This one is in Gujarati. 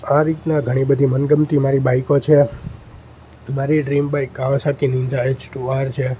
આ રીતના ઘણી બધી મનગમતી મારી બાઈકો છે મારી dream bike Kawasaki Ninja H two R છે